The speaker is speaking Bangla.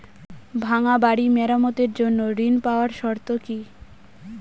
ভাঙ্গা বাড়ি মেরামতের জন্য ঋণ পাওয়ার শর্ত কি?